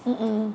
mm